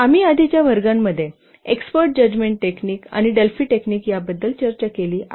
आम्ही आधीच्या वर्गांमध्ये एक्स्पर्ट जजमेंट टेक्निक आणि डेल्फी टेक्निक याबद्दल चर्चा केली आहे